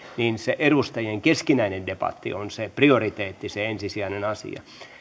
poissa se edustajien keskinäinen debatti on se prioriteetti se ensisijainen asia